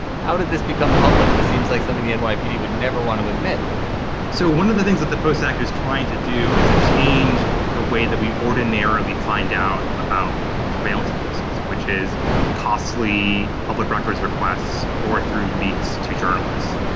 how did this become public? this seems like something the and nypd would never want to admit so one of the things that the post actor is trying to do is to change the way that we ordinarily find out about surveillance abuses, which is costly public records requests or through leaks to journalists.